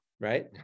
right